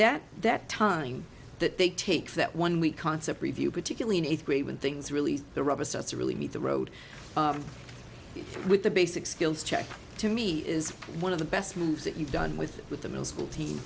then at that time that they take that one week concept review particularly in eighth grade when things really the rubber starts to really meet the road with the basic skills checked to me is one of the best moves that you've done with with the middle school team